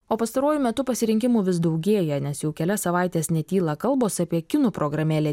o pastaruoju metu pasirinkimų vis daugėja nes jau kelias savaites netyla kalbos apie kinų programėlę